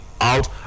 out